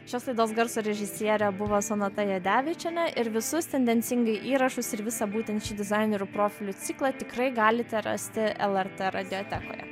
šios laidos garso režisierė buvo sonata jadevičienė ir visus tendencingai įrašus ir visą būtent šį dizainerių profilių ciklą tikrai galite rasti lrt radiotekoje